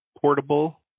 portable